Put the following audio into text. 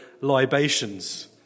libations